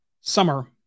summer